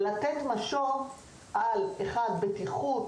לתת משוב על הבטיחות,